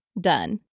Done